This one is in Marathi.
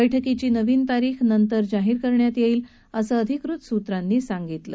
बैठकीची नवीन तारीख नंतर जाहीर करण्यात येईल असं अधिकृत सूत्रांनी सांगितलं